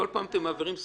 בכל פעם אתם מעבירים,